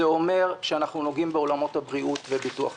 זה אומר שאנחנו נוגעים בעולמות הבריאות וביטוח הבריאות,